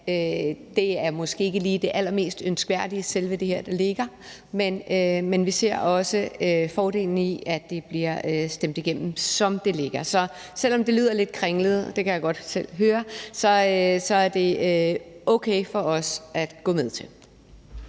ligger, måske ikke lige er det allermest ønskværdige, men vi ser også fordelen i, at det bliver stemt igennem, som det ligger. Så selv om det lyder lidt kringlet – det kan jeg godt selv høre – er det okay for os at gå med til.